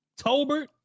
Tolbert